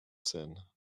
seine